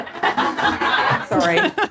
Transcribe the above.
Sorry